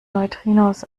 neutrinos